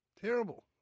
Terrible